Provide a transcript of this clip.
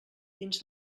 dins